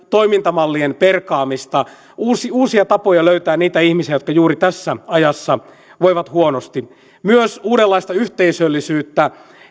toimintamallien perkaamista uusia tapoja löytää niitä ihmisiä jotka juuri tässä ajassa voivat huonosti myös uudenlaista yhteisöllisyyttä